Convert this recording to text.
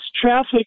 traffic